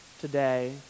today